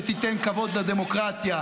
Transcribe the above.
שתיתן כבוד לדמוקרטיה,